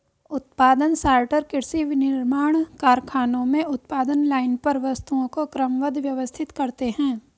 उत्पादन सॉर्टर कृषि, विनिर्माण कारखानों में उत्पादन लाइन पर वस्तुओं को क्रमबद्ध, व्यवस्थित करते हैं